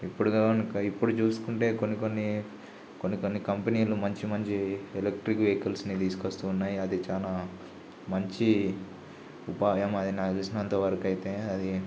ఇప్పుడు కాకుండ ఇక ఇప్పుడు చూసుకుంటే కొన్ని కొన్ని కొన్ని కొన్ని కంపెనీలు మంచి మంచి ఎలక్ట్రిక్ వెహికల్స్ని తీసుకొస్తూ వున్నాయి అది చాలా మంచి ఉపాయం అది నాకు తెలిసినంత వరకయితే అది